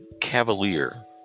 cavalier